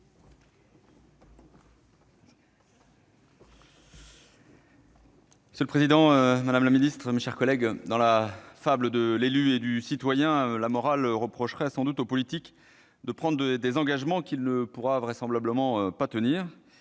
Monsieur le président, madame la secrétaire d'État, mes chers collègues, dans la fable de l'élu et du citoyen, la morale reprocherait sans doute au politique de prendre des engagements qu'il ne pourra vraisemblablement pas tenir